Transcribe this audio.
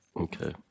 Okay